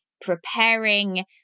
preparing